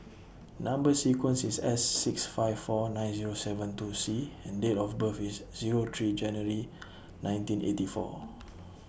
Number sequence IS S six five four nine Zero seven two C and Date of birth IS Zero three January nineteen eighty four